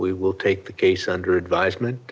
we will take the case under advisement